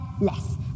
less